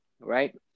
right